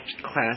class